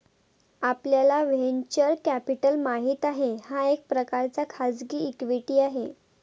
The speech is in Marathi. आपल्याला व्हेंचर कॅपिटल माहित आहे, हा एक प्रकारचा खाजगी इक्विटी आहे